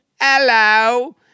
hello